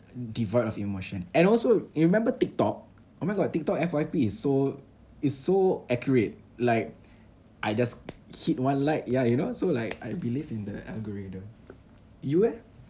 devoid of emotion and also you remember Tik Tok oh my god Tik Tok F_Y_P is so is so accurate like I just hit one like yeah you know so like I believe in the algorithm you eh